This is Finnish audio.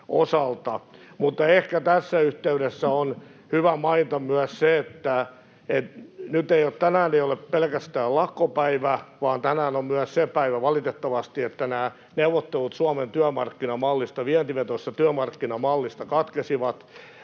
Mutta ehkä tässä yhteydessä on hyvä mainita myös se, että tänään ei ole pelkästään lakkopäivä, vaan tänään on valitettavasti myös se päivä, että nämä neuvottelut Suomen työmarkkinamallista, vientivetoisesta työmarkkinamallista, katkesivat